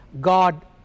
God